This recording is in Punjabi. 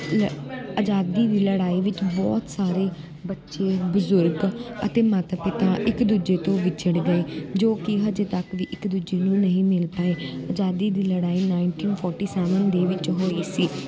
ਲੈ ਆਜ਼ਾਦੀ ਦੀ ਲੜਾਈ ਵਿੱਚ ਬਹੁਤ ਸਾਰੇ ਬੱਚੇ ਬਜ਼ੁਰਗ ਅਤੇ ਮਾਤਾ ਪਿਤਾ ਇੱਕ ਦੂਜੇ ਤੋਂ ਵਿਛੜ ਗਏ ਜੋ ਕਿ ਹਜੇ ਤੱਕ ਵੀ ਇੱਕ ਦੂਜੇ ਨੂੰ ਨਹੀਂ ਮਿਲ ਪਾਏ ਆਜ਼ਾਦੀ ਦੀ ਲੜਾਈ ਨਾਈਨਟੀਨ ਫੋਰਟੀ ਸੈਵਨ ਦੇ ਵਿੱਚ ਹੋਈ ਸੀ